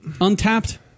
Untapped